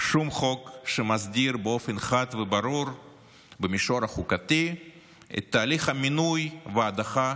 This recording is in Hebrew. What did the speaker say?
שום חוק שמסדיר באופן חד וברור במישור החוקתי את תהליך המינוי וההדחה